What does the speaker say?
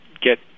get